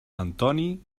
antoni